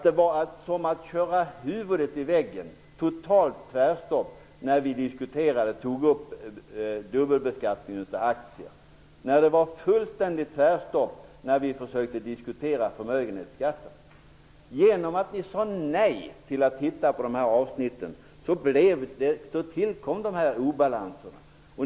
Det var som att köra huvudet i väggen, totalt tvärstopp, när vi tog upp frågan om dubbelbeskattning av aktier. Det blev tvärstopp när vi försökte diskutera förmögenhetsskatten. Eftersom ni sade nej till att se över de här avsnitten, uppstod obalanser.